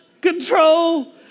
control